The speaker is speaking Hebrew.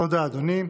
תודה, אדוני.